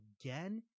again